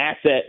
asset